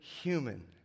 human